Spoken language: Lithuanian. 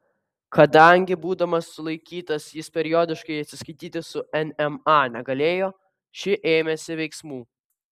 kadangi būdamas sulaikytas jis periodiškai atsiskaityti su nma negalėjo ši ėmėsi veiksmų